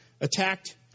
attacked